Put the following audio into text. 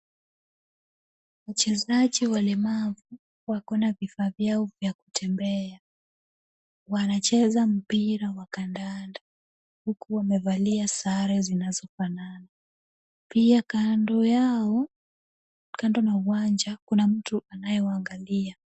Wachezaji walemavu wako na vifaa vyao vya kutembea. Wanacheza mpira wa kandanda huku wamevalia sare zinazofanana. Pia kando yao, kando na uwanja kuna mtu anayewaangalia.